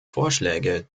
vorschläge